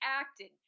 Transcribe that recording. acting